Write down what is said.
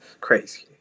crazy